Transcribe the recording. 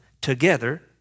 together